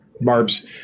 barbs